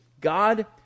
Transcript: God